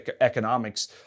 economics